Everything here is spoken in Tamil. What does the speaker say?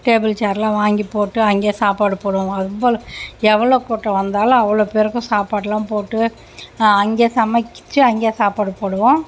டேபிள் சேர்ல்லாம் வாங்கிப் போட்டு அங்கே சாப்பாடு போடுவாங்க அவ்வளவு எவ்வளோ கூட்டம் வந்தாலும் அவ்வளோ பேருக்கும் சாப்பாடுலாம் போட்டு அங்கே சமைச்சி அங்கே சாப்பாடு போடுவோம்